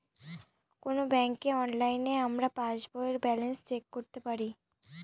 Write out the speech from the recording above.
কোনো ব্যাঙ্কে অনলাইনে আমরা পাস বইয়ের ব্যালান্স চেক করতে পারি